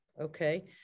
okay